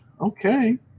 Okay